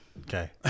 Okay